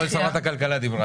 אתמול שרת הכלכלה דיברה על זה.